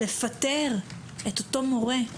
לפטר את אותו מורה.